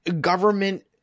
government